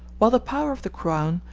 while the power of the crown,